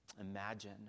imagine